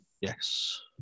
Yes